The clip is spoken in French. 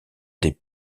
des